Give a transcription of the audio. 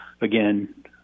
again